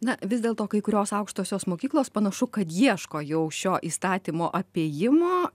na vis dėlto kai kurios aukštosios mokyklos panašu kad ieško jau šio įstatymo apėjimo